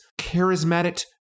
charismatic